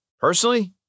personally